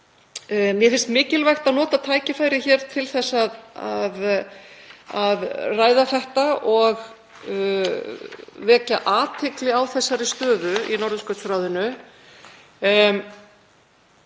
Mér finnst mikilvægt að nota tækifærið hér til að ræða þetta og vekja athygli á þessari stöðu í Norðurskautsráðinu.